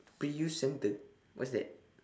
pre U centre what's that